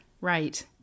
Right